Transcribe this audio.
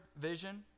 vision